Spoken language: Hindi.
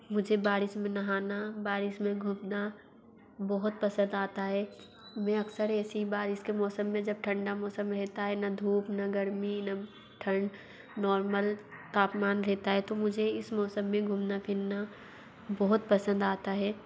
मुझे बारिश में नहाना बारिश में घूमना बहुत पसंद आता है मैं अक्सर ऐसी बारिश के मौसम में जब ठंडा मौसम रहता है ना धूप ना गर्मी ना ठंड नॉर्मल तापमान रहता है तो मुझे इस मौसम में घूमना फिरना बहुत पसंद आता है